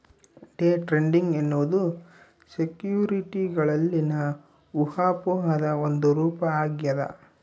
day trading ಎನ್ನುವುದು ಸೆಕ್ಯುರಿಟಿಗಳಲ್ಲಿನ ಊಹಾಪೋಹದ ಒಂದು ರೂಪ ಆಗ್ಯದ